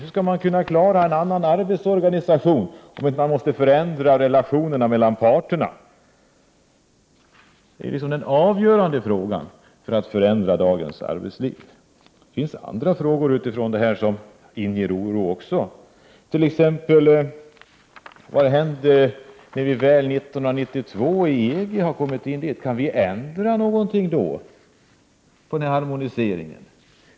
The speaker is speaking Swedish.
Hur skall man kunna klara en annan arbetsorganisation, om man inte kan förändra relationerna mellan parterna; det är den avgörande frågan för att förändra dagens arbetsliv. Det finns även andra frågor i det sammanhanget som också inger oro, t.ex. vad som skall hända 1992 när vi väl kommit med i EG. Kan vi då ändra harmoniseringen?